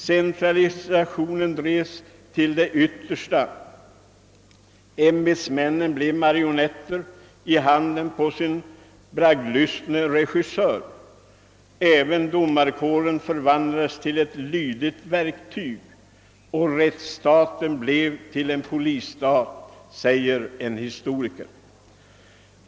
» Centralisationen drevs till det yttersta; ämbetsmännen blevo marionetter i handen på sin bragdlystne regissör. Även domarkåren förvandlades till ett lydigt verktyg, och rättsstaten blev till en polisstat», säger en historiker.